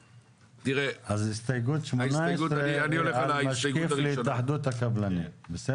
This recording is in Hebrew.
הסתייגות 18 על משקיף להתאחדות הקבלנים, בסדר?